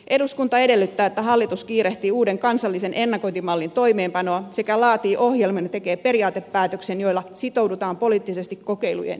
eduskunta edellyttää että hallitus kiirehtii uuden kansallisen ennakointimallin toimeenpanoa sekä laatii ohjelman ja tekee periaatepäätöksen joilla sitoudutaan poliittisesti kokeilujen edistämiseen